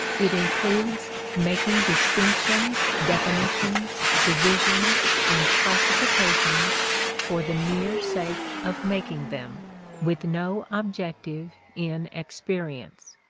it includes making distinctions, definitions, divisions, and classifications for the mere sake of making them with no objective in experience.